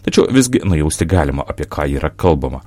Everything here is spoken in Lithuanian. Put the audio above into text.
tačiau visgi nujausti galima apie ką yra kalbama